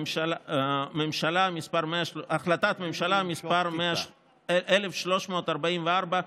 החלטת ממשלה מס' 1344,